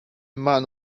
man